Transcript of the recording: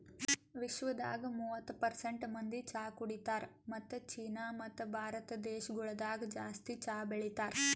ವಿಶ್ವದಾಗ್ ಮೂವತ್ತು ಪರ್ಸೆಂಟ್ ಮಂದಿ ಚಹಾ ಕುಡಿತಾರ್ ಮತ್ತ ಚೀನಾ ಮತ್ತ ಭಾರತ ದೇಶಗೊಳ್ದಾಗ್ ಜಾಸ್ತಿ ಚಹಾ ಬೆಳಿತಾರ್